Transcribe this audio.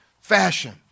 fashion